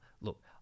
look